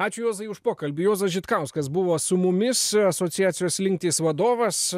ačiū juozai už pokalbį juozas žitkauskas buvo su mumis asociacijos slinktys vadovas